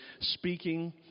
speaking